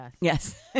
yes